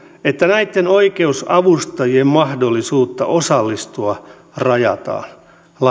että näitten oikeusavustajien mahdollisuutta osallistua rajataan